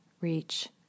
reach